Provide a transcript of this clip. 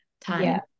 time